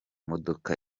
modoka